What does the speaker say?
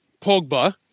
Pogba